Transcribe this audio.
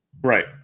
Right